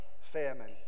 famine